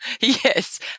Yes